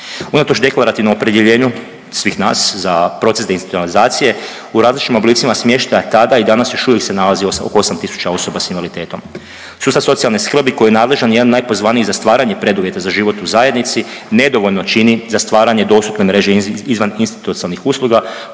Unatoč deklarativnom opredjeljenju svih nas za proces deinstitucionalizacije u različitim oblicima smještaja tada i danas još uvijek se nalazi oko 8 tisuća osoba s invaliditetom. Sustav socijalne skrbi koji je nadležan i jedan od najpozvanijih za stvaranje preduvjeta za život u zajednici nedovoljno čini za stvaranje dostupne mreže izvan institucionalnih usluga